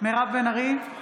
מירב בן ארי,